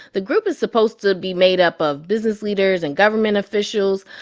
the group is supposed to be made up of business leaders and government officials,